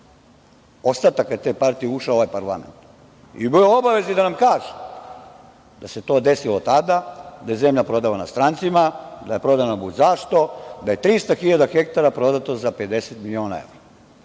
ostataka te partije, je ušao u ovaj parlament. Bio je u obavezi da nam kaže da se to desilo tada, da je zemlja prodavana strancima, da je prodavana budzašto, da je 300.000 hektara prodato za 50 miliona evra,